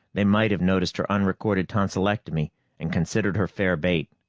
they might have noticed her unrecorded tonsillectomy and considered her fair bait.